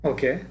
Okay